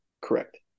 Correct